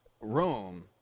Rome